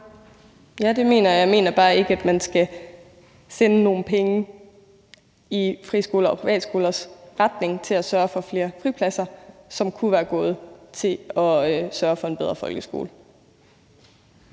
Ja, det mener jeg. Jeg mener bare ikke, at man skal sende nogle penge i friskolers og privatskolers retning til at sørge for flere fripladser – penge, som kunne være gået til at sørge for, at vi havde en bedre folkeskole.